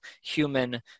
human